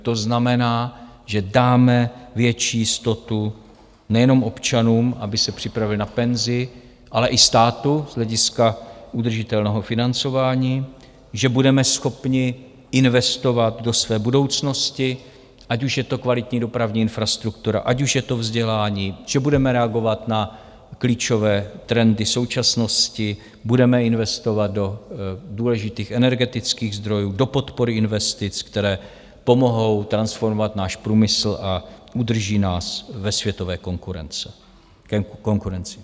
To znamená, že dáme větší jistotu nejenom občanům, aby se připravili na penzi, ale i státu z hlediska udržitelného financování; že budeme schopni investovat do své budoucnosti, ať už je to kvalitní dopravní infrastruktura, ať už je to vzdělání; že budeme reagovat na klíčové trendy současnosti, budeme investovat do důležitých energetických zdrojů, do podpory investic, které pomohou transformovat náš průmysl a udrží nás ve světové konkurenci.